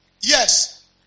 Yes